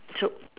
true